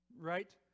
Right